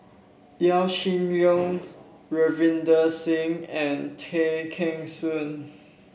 Yaw Shin Leong Ravinder Singh and Tay Kheng Soon